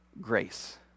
grace